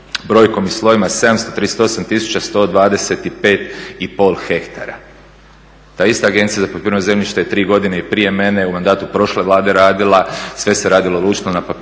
brojkom i slovima 738125 i pol hektara. Ta ista Agencija za poljoprivredno zemljište je i tri godine prije mene u mandatu prošle Vlade radila. Sve se radilo ručno, na papiru